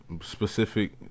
specific